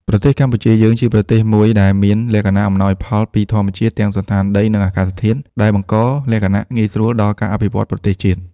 ប្រទេសកម្ពុជាយើង ជាប្រទេសមួយដែលមានលក្ខណៈអំណោយផលពីធម្មជាតិ ទាំងសណ្ឋានដី និង អាកាសធាតុ ដែលបង្ករលក្ខណះងាយស្រួល ដល់ការអភិវឌ្ឍប្រទេសជាតិ ។